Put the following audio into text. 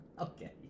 Okay